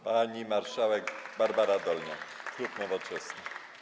Pani marszałek Barbara Dolniak, klub Nowoczesna.